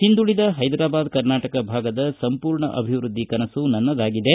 ಹಿಂದುಳಿದ ಹೈದರಾಬಾದ್ ಕರ್ನಾಟಕ ಭಾಗದ ಸಂಪೂರ್ಣ ಅಭಿವೃದ್ಧಿ ಕನಸು ನನ್ನದಾಗಿದೆ